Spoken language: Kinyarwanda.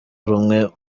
rumwe